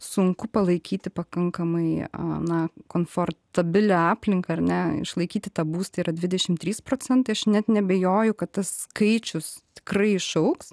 sunku palaikyti pakankamai a na komfortabilią aplinką ar ne išlaikyti tą būstą yra dvidešim trys procentai aš net neabejoju kad tas skaičius tikrai išaugs